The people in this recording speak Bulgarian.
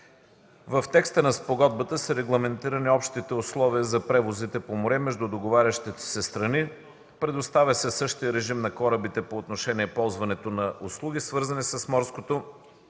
В текста на спогодбата са регламентирани общите условия за превозите по море между договарящите се страни, предоставя се същият режим на корабите по отношение ползването на услуги, свързани с морското